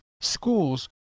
schools